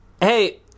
Hey